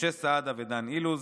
משה סעדה ודן אילוז,